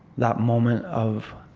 that moment of